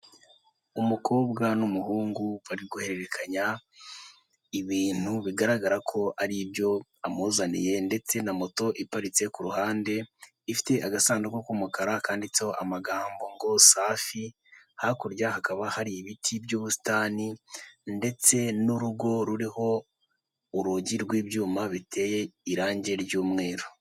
Umukobwa n'umuhungu bari guhererekanya ibintu bigaragara ko ari ibyo amuzaniye, ndetse na moto iparitse ku ruhande, ifite agasanduku k'umukara kanditseho amagambo ngo safi, hakurya hakaba hari ibiti by'ubusitani ndetse n'urugo ruriho urugi rw'ibyuma biteye irange ry'umweru.